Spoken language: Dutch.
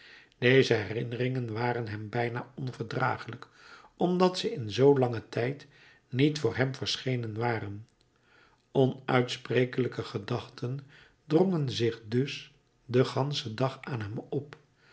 deze herinneringen waren hem bijna onverdragelijk omdat ze in zoo langen tijd niet voor hem verschenen waren onuitsprekelijke gedachten drongen zich dus den ganschen dag aan hem op